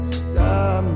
stop